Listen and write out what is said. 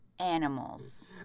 Animals